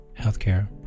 healthcare